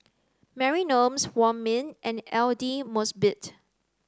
Mary Wong Ming and Aidli Mosbit